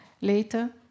Later